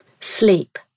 Sleep